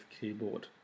keyboard